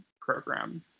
program